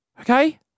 okay